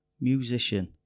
musician